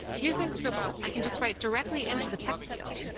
using scribble, i can just write directly into the text field.